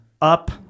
up